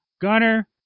Gunner